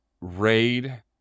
raid